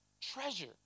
treasure